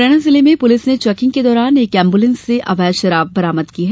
मुरैना जिले में पुलिस ने चेकिंग के दौरान एक एंबुलेंस से अवैध शराब बरामद की है